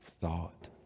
thought